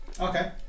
Okay